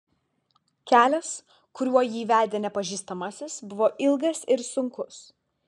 kelias kuriuo jį vedė nepažįstamasis buvo ilgas ir sunkus